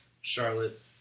Charlotte